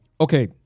Okay